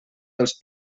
dels